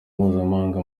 mpuzamahanga